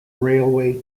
railway